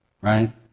right